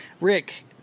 Rick